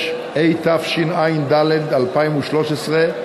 6), התשע"ד 2013,